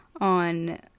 on